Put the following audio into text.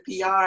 PR